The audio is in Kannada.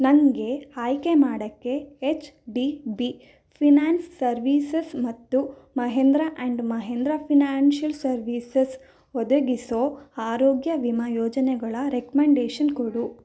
ನನಗೆ ಆಯ್ಕೆ ಮಾಡೋಕ್ಕೆ H D B finance services ಮತ್ತು Mahindra and Mahindra financial services ಒದಗಿಸೋ ಆರೋಗ್ಯ ವಿಮಾ ಯೋಜನೆಗಳ ರೆಕ್ಮೆಂಡೇಷನ್ ಕೊಡು